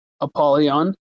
Apollyon